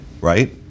Right